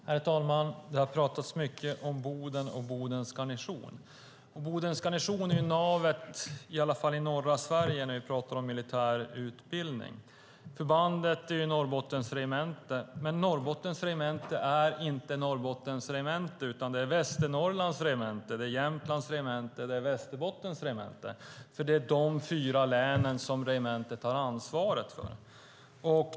Herr talman! Det har talats mycket om Boden och Bodens garnison. Bodens garnison är navet i varje fall i norra Sverige när vi talar om militär utbildning. Förbandet är Norrbottens regemente. Men Norrbottens regemente är inte Norrbottens regemente utan Västernorrlands regemente, Jämtlands regemente och Västerbottens regemente. Det är de fyra länen som regementet har ansvaret för.